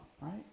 Right